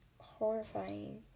horrifying